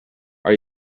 are